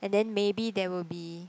and then maybe there will be